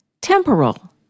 Temporal